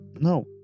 No